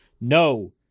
no